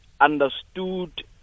understood